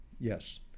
Yes